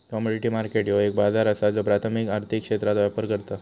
commodity market ह्यो एक बाजार असा ज्यो प्राथमिक आर्थिक क्षेत्रात व्यापार करता